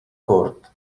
court